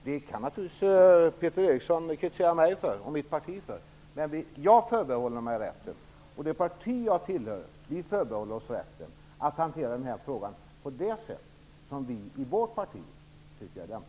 Det kan naturligtvis Peter Eriksson kritisera mig och mitt parti för, men jag förbehåller mig, liksom det parti jag tillhör, rätten att hantera denna fråga på det sätt som vi finner lämpligast.